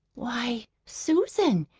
why, susan,